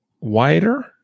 wider